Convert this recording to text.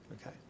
okay